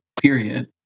Period